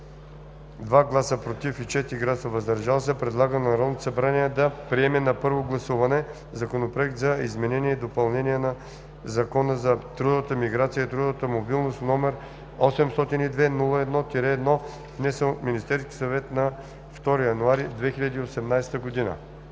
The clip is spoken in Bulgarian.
2 гласа „против” и 4 гласа „въздържали се” предлага на Народното събрание да приеме на първо гласуване Законопроект за изменение и допълнение на Закона за трудовата миграция и трудовата мобилност, № 802-01-1, внесен от Министерски съвет на 2 януари 2018 г.“